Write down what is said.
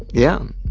yeah.